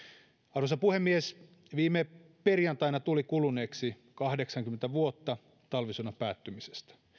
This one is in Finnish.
arvoisa puhemies viime perjantaina tuli kuluneeksi kahdeksankymmentä vuotta talvisodan päättymisestä